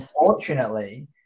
unfortunately